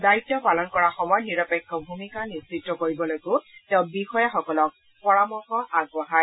দায়িত্ব পালন কৰাৰ সময়ত নিৰপেক্ষ ভূমিকা নিশ্চিত কৰিবলৈকো তেওঁ বিষয়াসকলক পৰামৰ্শ আগবঢ়ায়